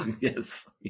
yes